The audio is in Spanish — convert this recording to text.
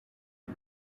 con